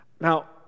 Now